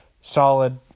Solid